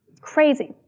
Crazy